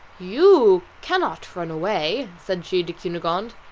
you cannot run away, said she to cunegonde,